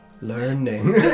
Learning